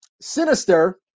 Sinister